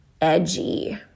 edgy